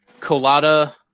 colada